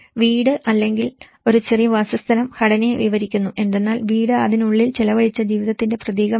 വീട് അല്ലെങ്കിൽ ഒരു ചെറിയ വാസസ്ഥലം ഘടനയെ വിവരിക്കുന്നു എന്തെന്നാൽ വീട് അതിനുള്ളിൽ ചെലവഴിച്ച ജീവിതത്തിന്റെ പ്രതീകമാണ്